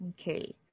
okay